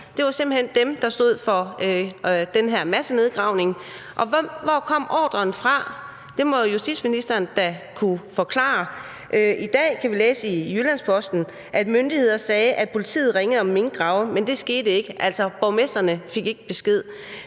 Det var simpelt hen dem, der stod for den her massenedgravning. Og hvor kom ordren fra? Det må justitsministeren da kunne forklare. I dag kan vi læse i Jyllands-Posten, at myndighederne sagde, at politiet ringede om minkgrave, men at det ikke skete, altså borgmestrene fik ikke besked.